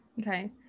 okay